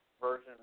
version